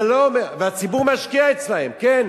זה לא אומר, הציבור, והציבור משקיע אצלם, כן.